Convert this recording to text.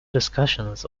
discussions